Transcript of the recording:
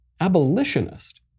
Abolitionist